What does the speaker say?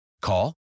Call